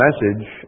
message